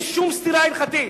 ואין שום סתירה הלכתית.